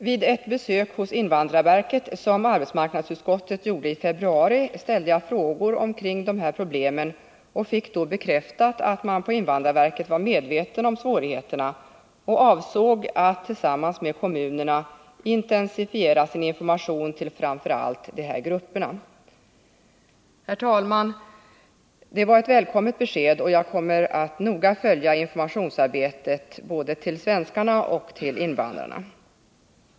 Vid ett besök hos invandrarverket som arbetsmarknadsutskottet gjorde i februari ställde jag frågor omkring de här problemen och fick då bekräftat att man på invandrarverket var medveten om svårigheterna och avsåg att tillsammans med kommunerna intensifiera sin information till framför allt dessa grupper. Herr talman! Det var ett välkommet besked, och jag kommer att noga följa arbetet med information såväl till svenskarna som till invandrarna.